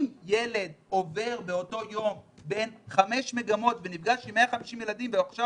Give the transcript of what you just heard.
אם ילד עובר באותו יום בין 5 מגמות ונפגש עם 150 ילדים ועכשיו